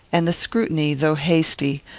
and the scrutiny, though hasty,